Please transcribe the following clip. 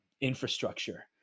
infrastructure